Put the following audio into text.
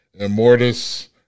Immortus